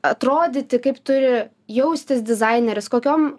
atrodyti kaip turi jaustis dizaineris kokiom